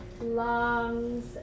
lungs